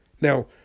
Now